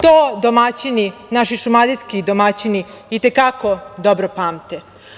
To naši šumadijski domaćini i te kako dobro pamte.